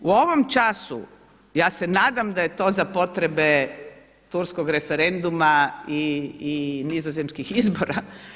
U ovom času ja se nadam da je to za potrebe turskog referenduma i nizozemskih izbora.